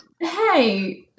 hey